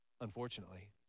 Unfortunately